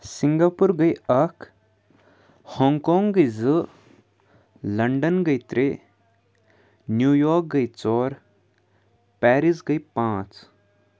Singapore گٔے اَکھ Hong Kong گٔے زٕ لَنڈَن گٔے ترٛےٚ نِویارک گٔے ژور پیرِس گٔے پانٛژھ